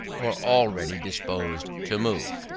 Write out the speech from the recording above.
or already disposed to move.